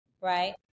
Right